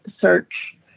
search